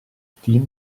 team